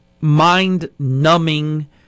mind-numbing